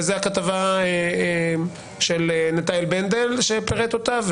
וזאת הכתבה של נטעאל בנדל שפירט אותה,